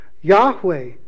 Yahweh